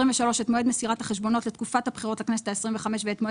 את מועד מסירת החשבונות לתקופת הבחירות לכנסת ה-25 ואת מועד